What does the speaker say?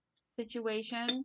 situation